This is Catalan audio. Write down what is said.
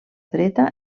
dreta